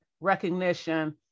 recognition